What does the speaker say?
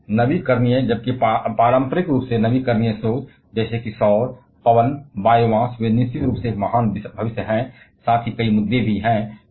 अब नवीकरणीय जबकि पारंपरिक रूप से नवीकरणीय स्रोत जैसे सौर पवन बायोमास वे निश्चित रूप से एक महान भविष्य हैं साथ ही कई मुद्दे भी हैं